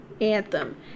Anthem